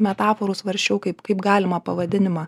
metaforų svarsčiau kaip kaip galimą pavadinimą